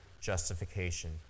justification